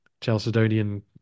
Chalcedonian